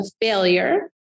failure